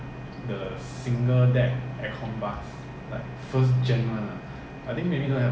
you know our singapore S_B_S bus is all built in malaysia johor there is a factory